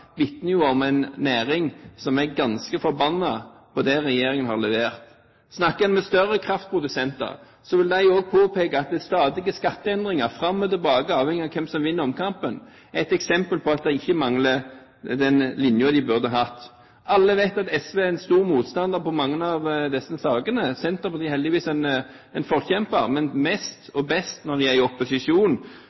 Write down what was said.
jo om en næring som er ganske forbannet på det regjeringen har levert. Snakker en med større kraftprodusenter, vil de også påpeke at det er stadige skatteendringer, fram og tilbake, avhengig av hvem som vinner omkampen – et eksempel på at de mangler den linjen de burde ha hatt. Alle vet at SV er en stor motstander i mange av disse sakene. Senterpartiet er heldigvis en forkjemper, men mest og best når de er i opposisjon.